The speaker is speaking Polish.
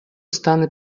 stany